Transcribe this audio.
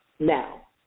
Now